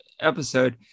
episode